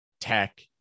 Tech